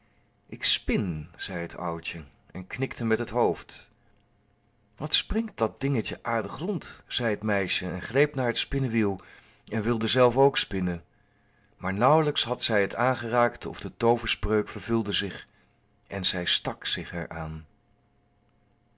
spin zei het oudje en knikte met het hoofd wat springt dat dingetje aardig rond zei het meisje en greep naar het spinnewiel en wilde zelf ook spinnen maar nauwelijks had zij het aangeraakt of de tooverspreuk vervulde zich en zij stak zich er aan